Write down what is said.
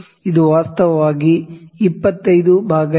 ಇದು ವಾಸ್ತವವಾಗಿ 25 ಬೈ 100 ಆಗಿದೆ ಈ 0